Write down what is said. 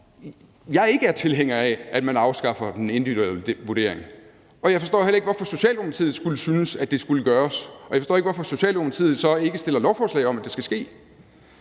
jeg ikke er tilhænger af, at man afskaffer den individuelle vurdering. Jeg forstår heller ikke, hvorfor Socialdemokratiet synes, at det skulle gøres, og jeg forstår ikke, hvorfor Socialdemokratiet så ikke fremsætter et lovforslag om, at det skal ske.